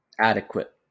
adequate